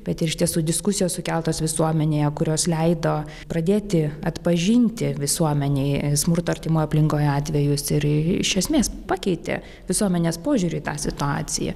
bet iš tiesų diskusijos sukeltos visuomenėje kurios leido pradėti atpažinti visuomenėj smurto artimoj aplinkoj atvejus ir iš esmės pakeitė visuomenės požiūrį į tą situaciją